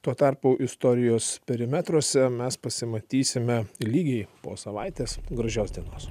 tuo tarpu istorijos perimetruose mes pasimatysime lygiai po savaitės gražios dienos